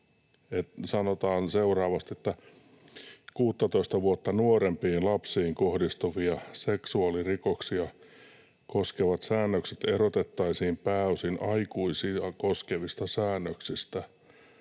sanotaan seuraavasti: ”16:ta vuotta nuorempiin lapsiin kohdistuvia seksuaalirikoksia koskevat säännökset erotettaisiin pääosin aikuisia koskevista säännöksistä.